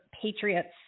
patriots